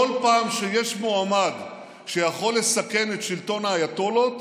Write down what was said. בכל פעם שיש מועמד שיכול לסכן את שלטון האייתוללות,